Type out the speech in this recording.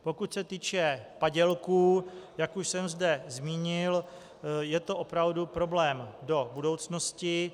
Pokud se týče padělků, jak už jsem zde zmínil, je to opravdu problém do budoucnosti.